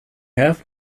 have